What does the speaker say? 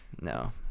No